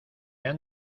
han